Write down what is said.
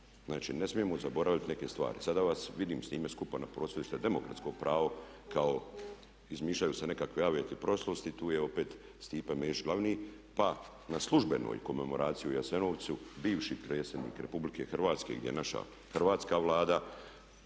Znači ne smijemo zaboraviti neke stvari. Sada vas vidim s njime skupa na prosvjedu, što je demokratsko pravo izmišljaju se nekakvi …/Govornik se ne razumije./… tu je opet Stipe Mesić glavni pa na službenoj komemoraciji u Jasenovcu, bivši predsjednik RH gdje je naša Hrvatska Vlada